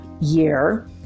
year